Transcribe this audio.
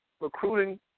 recruiting